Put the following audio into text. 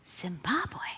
Zimbabwe